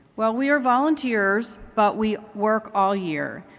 well, we are volunteers, but we work all year.